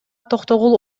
токтогул